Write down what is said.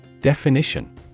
Definition